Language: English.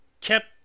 kept